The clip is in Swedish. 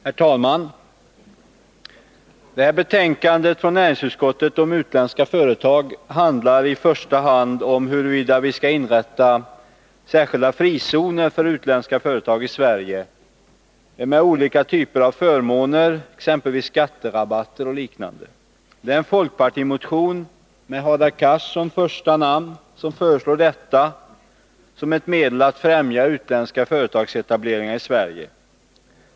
Herr talman! Det här betänkandet från näringsutskottet om utländska företag handlar i första hand om huruvida vi skall inrätta särskilda frizoner för utländska företag i Sverige, med olika typer av förmåner, exempelvis skatterabatter. Det är en folkpartimotion med Hadar Cars som första namn som föreslår detta som medel för att främja utländska företagsetableringar i Sverige.